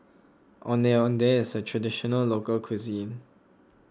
Ondeh Ondeh is a Traditional Local Cuisine